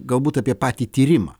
galbūt apie patį tyrimą